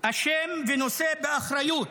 אשם ונושא באחריות